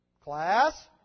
Class